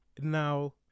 Now